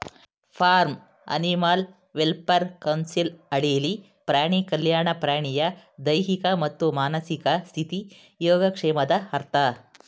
form animal welfare council ಅಡಿಲಿ ಪ್ರಾಣಿ ಕಲ್ಯಾಣ ಪ್ರಾಣಿಯ ದೈಹಿಕ ಮತ್ತು ಮಾನಸಿಕ ಸ್ಥಿತಿ ಯೋಗಕ್ಷೇಮದ ಅರ್ಥ